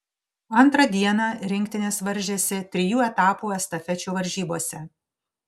antrą dieną rinktinės varžėsi trijų etapų estafečių varžybose